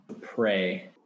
Pray